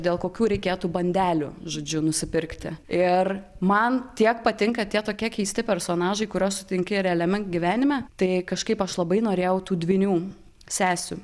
dėl kokių reikėtų bandelių žodžiu nusipirkti ir man tiek patinka tie tokie keisti personažai kuriuos sutinki realiame gyvenime tai kažkaip aš labai norėjau tų dvynių sesių